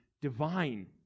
divine